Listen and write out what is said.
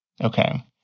Okay